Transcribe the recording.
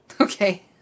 Okay